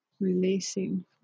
releasing